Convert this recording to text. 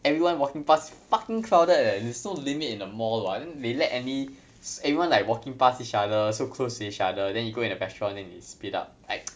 everyone walking past fucking crowded eh there is no limit in a mall [what] then they let any everyone like walking past each other so close to each other then you go in a restaurant then you split up